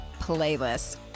Playlist